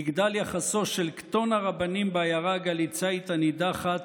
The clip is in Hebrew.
יגדל יחסו של קטון הרבנים בעיירה הגליצאית הנידחת